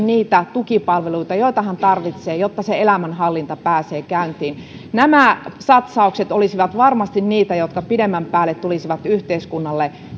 niitä tukipalveluita joita hän tarvitsee jotta elämänhallinta pääsee käyntiin nämä satsaukset olisivat varmasti niitä jotka pidemmän päälle tulisivat yhteiskunnalle